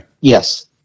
yes